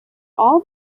all